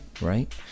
right